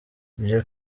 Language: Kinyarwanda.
ibyo